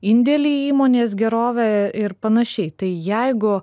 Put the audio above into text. indėlį į įmonės gerovę ir panašiai tai jeigu